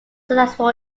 successful